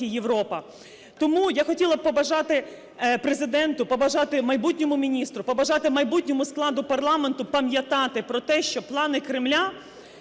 Тому я хотіла б побажати Президенту, побажати майбутньому міністру, побажати майбутньому складу парламенту пам'ятати про те, що плани Кремля